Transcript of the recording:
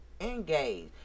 Engage